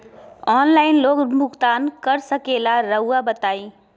Online loan भुगतान कर सकेला राउआ बताई?